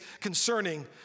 concerning